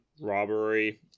robbery